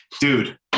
Dude